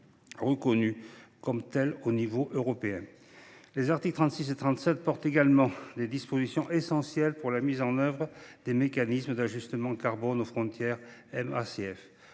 reconnu comme tel à l’échelon européen. Les articles 36 et 37 contiennent des dispositions essentielles pour la mise en œuvre du mécanisme d’ajustement carbone aux frontières.